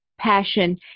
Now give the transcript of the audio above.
passion